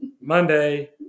Monday